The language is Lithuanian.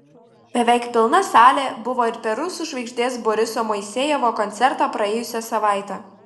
beveik pilna salė buvo ir per rusų žvaigždės boriso moisejevo koncertą praėjusią savaitę